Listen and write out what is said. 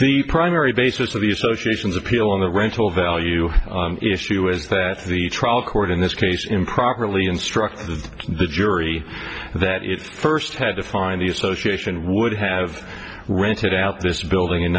the primary basis of the associations appeal on the rental value issue is that the trial court in this case improperly instruct the jury that its first had to find the association would have rented out this building in